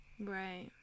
Right